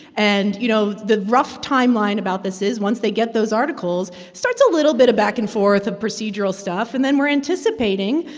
and, you know, the rough timeline about this is once they get those articles starts a little bit of back-and-forth ah procedural stuff. and then we're anticipating,